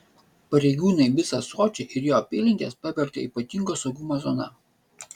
pareigūnai visą sočį ir jo apylinkes pavertė ypatingo saugumo zona